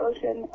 Ocean